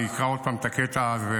אני אקרא עוד פעם את הקטע הזה: